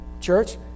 church